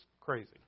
crazy